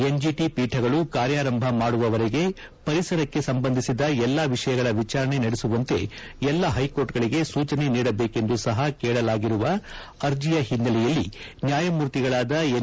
NGT ಪೀಠಗಳು ಕಾರ್ಯಾರಂಭ ಮಾಡುವವರೆಗೆ ಪರಿಸರಕ್ಕೆ ಸಂಬಂಧಿಸಿದ ಎಲ್ಲಾ ವಿಷಯಗಳ ವಿಚಾರಣೆ ನಡೆಸುವಂತೆ ಎಲ್ಲಾ ಹೈ ಕೋರ್ಟ್ಗಳಿಗೆ ಸೂಚನೆ ನೀಡಬೇಕೆಂದು ಸಹ ಕೇಳಲಾಗಿರುವ ಅರ್ಜಿಯ ಹಿನ್ನೆಲೆಯಲ್ಲಿ ನ್ಯಾಯಮೂರ್ತಿಗಳಾದ ಎನ್